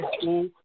School